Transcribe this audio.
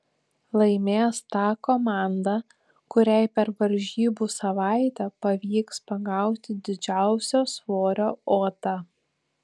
laimės ta komanda kuriai per varžybų savaitę pavyks pagauti didžiausio svorio otą